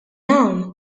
hawn